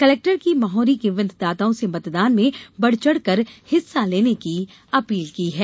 collector ने मौहरी के मतदाताओं से मतदान में बढ़ चढ़ कर हिस्सा लेने की अपील की है